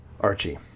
Archie